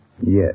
Yes